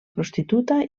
prostituta